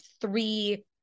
three